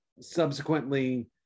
subsequently